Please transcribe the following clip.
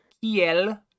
Kiel